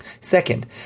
Second